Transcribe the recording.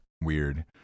Weird